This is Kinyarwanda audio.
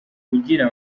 kugira